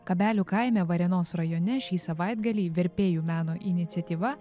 kabelių kaime varėnos rajone šį savaitgalį verpėjų meno iniciatyva